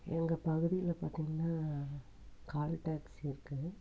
எங்கள் பகுதியில் பார்த்திங்கனா கால் டாக்ஸி இருக்குது